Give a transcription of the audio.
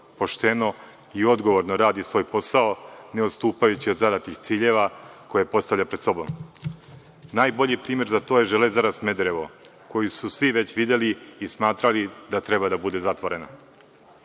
pošteno i odgovorno radi svoj posao, ne odstupajući od zadatih ciljeva koje postavlja pred sobom. Najbolji primer za to je „Železara Smederevo“, koju su svi već videli i smatrali da treba da bude zatvorena.